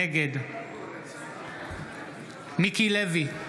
נגד מיקי לוי,